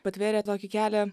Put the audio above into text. atvėrė tokį kelią